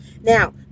now